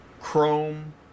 Chrome